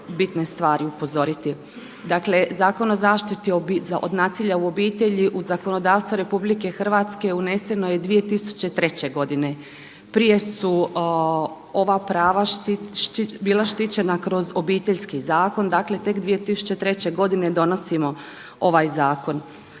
Dakle, Zakon o zaštiti od nasilja u obitelji u zakonodavstvu RH uneseno je 2003. godine. Prije su ova prava bila štićena kroz Obiteljski zakon. Dakle, tek 2003. godine donosimo ovaj zakon.